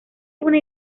una